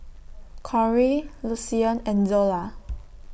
Corie Lucian and Zola